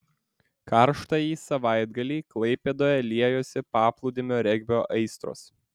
karštąjį savaitgalį klaipėdoje liejosi paplūdimio regbio aistros